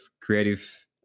creative